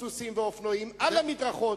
טוסטוסים ואופנועים על המדרכות,